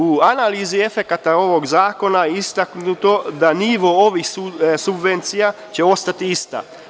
U analizi efekata ovog zakona istaknuto je da će nivo ovih subvencija ostati isti.